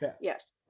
Yes